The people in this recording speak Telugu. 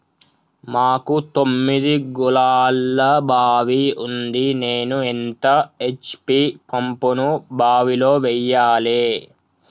మాకు తొమ్మిది గోళాల బావి ఉంది నేను ఎంత హెచ్.పి పంపును బావిలో వెయ్యాలే?